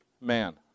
Man